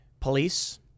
police